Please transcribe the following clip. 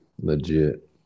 Legit